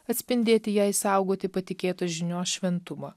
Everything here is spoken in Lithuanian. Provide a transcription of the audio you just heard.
atspindėti jai saugoti patikėtus žinios šventumą